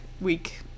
week